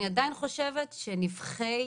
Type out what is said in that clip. אני עדיין חושבת שנבכי